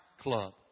club